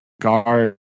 guard